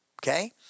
Okay